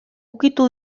ukitu